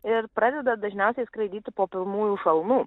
ir pradeda dažniausiai skraidyti po pirmųjų šalnų